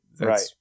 right